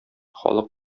халык